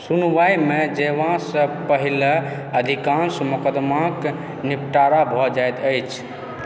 सुनबाइमे जयबासँ पहिने अधिकाँश मोकदमाक निपटारा भऽ जाइत अछि